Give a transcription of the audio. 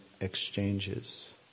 exchanges